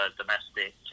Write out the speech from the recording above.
domestic